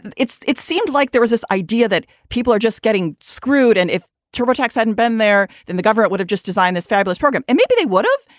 it seemed like there was this idea that people are just getting screwed and if turbo tax hadn't been there then the government would have just designed this fabulous program and maybe they would have.